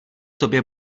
tobě